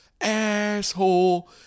asshole